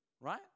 right